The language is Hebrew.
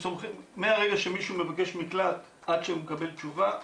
מהרגע שמישהו מבקש מקלט עד שהוא מקבל תשובה,